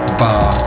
bar